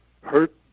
hurt